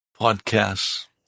Podcasts